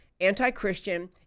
anti-Christian